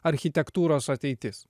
architektūros ateitis